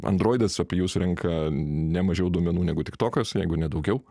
androidas apie jus rinka ne mažiau duomenų negu tiktokas jeigu ne daugiau